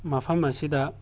ꯃꯐꯝ ꯑꯁꯤꯗ